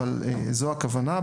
אבל זוהי הכוונה.